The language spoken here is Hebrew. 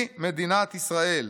היא מדינת ישראל.